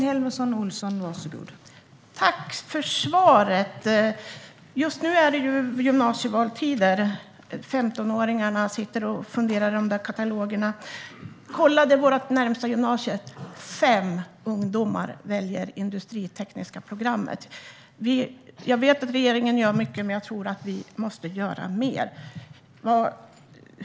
Fru talman! Jag tackar ministern för svaret. Just nu är det gymnasievalstider, och 15-åringarna sitter med katalogerna och funderar. Jag kollade vårt närmaste gymnasium, och fem ungdomar har valt det industritekniska programmet. Jag vet att regeringen gör mycket, men jag tror att vi måste göra mer.